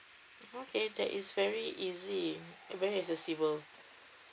okay that is very easy very accessible